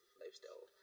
lifestyle